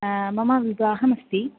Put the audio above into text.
मम विवाहः अस्ति